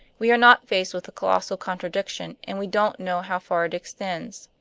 we are not faced with a colossal contradiction, and we don't know how far it extends.